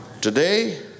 Today